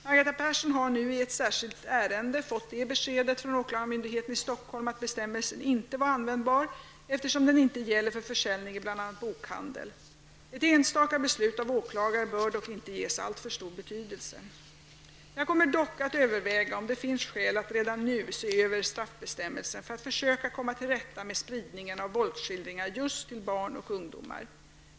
Margareta Persson har nu i ett särskilt ärende fått det beskedet från åklagarmyndigheten i Stockholm att bestämmelsen inte var användbar, eftersom den inte gäller för försäljning i bl.a. bokhandeln. Ett enstaka beslut av åklagare bör dock inte ges alltför stor betydelse. Jag kommer dock att överväga om det finns skäl att redan nu se över straffbestämmelsen för att försöka komma till rätta med spridningen av våldsskildringar just till barn och ungdomar.